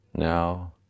Now